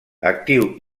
actiu